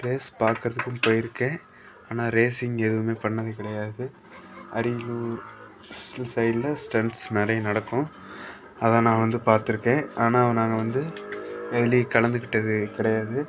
race பார்க்கறதுக்கும் போய்ருக்கேன் ஆனால் ரேஸிங் எதுவுமே பண்ணது கிடையாது அரியலூர் ஸ் சைடில் ஸ்டண்ட்ஸ் நிறைய நடக்கும் அதை நான் வந்து பார்த்துருக்கேன் ஆனால் நாங்கள் வந்து எதுலேயும் கலந்துக்கிட்டது கிடையாது